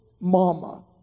mama